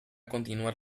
continuar